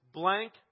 blank